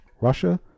Russia